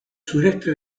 sureste